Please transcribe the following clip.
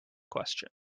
question